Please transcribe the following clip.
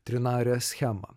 trinarę schemą